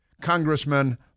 Congressman